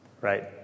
right